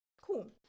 Cool